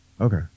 Okay